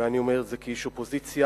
ואני אומר את זה כאיש אופוזיציה.